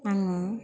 आङो